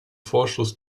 verstoß